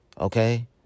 Okay